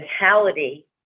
mentality